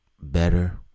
better